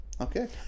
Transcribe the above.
Okay